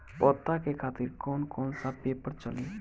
पता के खातिर कौन कौन सा पेपर चली?